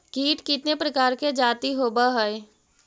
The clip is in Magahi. कीट कीतने प्रकार के जाती होबहय?